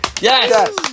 Yes